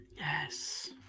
Yes